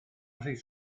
rhys